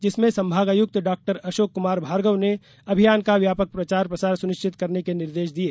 जिसमें संभागायुक्त डाक्टर अशोक कुमार भार्गव ने अभियान का व्यापक प्रचार प्रसार सुनिश्चित करने के निर्देश दिये